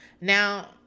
Now